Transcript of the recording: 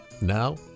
Now